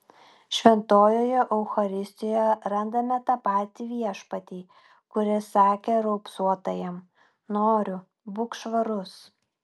šventojoje eucharistijoje randame tą patį viešpatį kuris sakė raupsuotajam noriu būk švarus